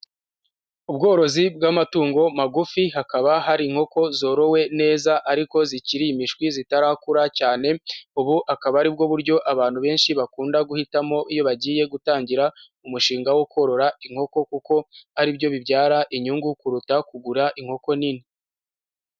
Ubworozi bw'amatungo magufi hakaba hari inkoko zorowe neza, ariko zikiri imishwi zitarakura cyane, ubu akaba ari bwo buryo abantu benshi bakunda guhitamo iyo bagiye gutangira umushinga wo korora inkoko, kuko ari byo bibyara inyungu kuruta kugura inkoko nini.